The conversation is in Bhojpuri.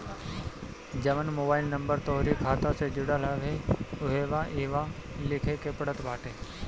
जवन मोबाइल नंबर तोहरी खाता से जुड़ल हवे उहवे इहवा लिखे के पड़त बाटे